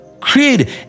created